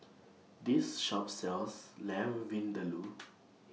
This Shop sells Lamb Vindaloo